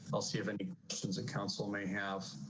i'll see if any sense of counsel may have